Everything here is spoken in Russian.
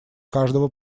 каждого